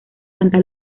santa